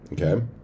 Okay